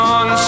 on